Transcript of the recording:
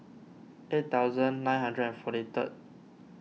eight thousand nine hundred and forty third